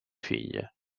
figlie